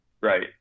Right